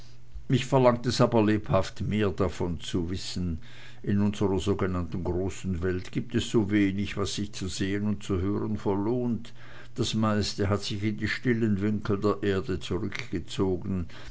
mich verlangt es aber lebhaft mehr davon zu wissen in unsrer sogenannten großen welt gibt es so wenig was sich zu sehen und zu hören verlohnt das meiste hat sich in die stillen winkel der erde zurückgezogen